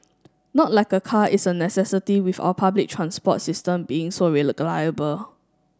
not like a car is a necessity with our public transport system being so